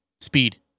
speed